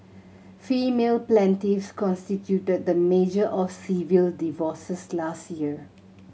female plaintiffs constituted the majority of civil divorces last year